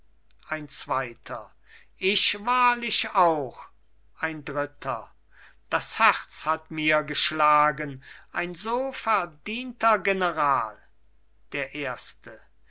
ein zweiter ich wahrlich auch ein dritter das herz hat mir geschlagen ein so verdienter general der erste